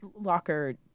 Locker